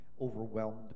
overwhelmed